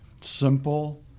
simple